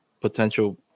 potential